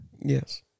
Yes